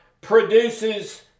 produces